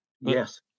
Yes